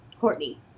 Courtney